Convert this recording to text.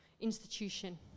institution